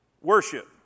worship